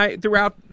throughout